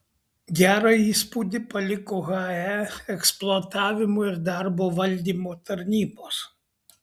gerą įspūdį paliko he eksploatavimo ir darbo valdymo tarnybos